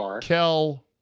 Kel